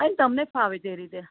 તમને ફાવે તે રીતે